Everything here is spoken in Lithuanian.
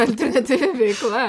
alternatyvi veikla